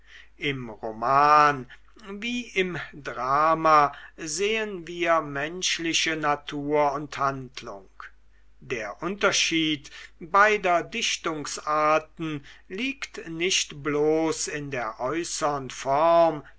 im roman wie im drama sehen wir menschliche natur und handlung der unterschied beider dichtungsarten liegt nicht bloß in der äußern form